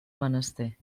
menester